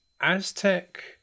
Aztec